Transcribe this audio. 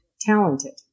talented